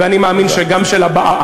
ואני מאמין שגם של הבאה.